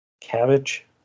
Cabbage